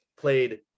played